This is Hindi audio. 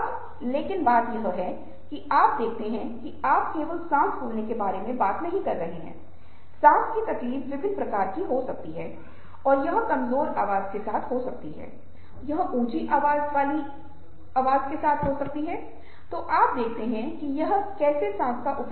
कभी कभी यह संभव है कि आप उन चीजों को स्थगित कर दें जिनसे आप डरते हैं जो जटिल हैं जो आलोचनात्मक हैं जो चिंताग्रस्त हैं इसलिए मुझे इसे पोस्टपोन करने दें